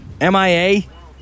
MIA